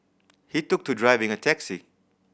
he took to driving a taxi